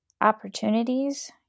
opportunities